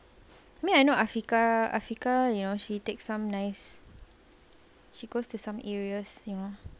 I know afiqah afiqah you know she take some nice she goes to some areas you know